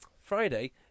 Friday